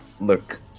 look